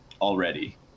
already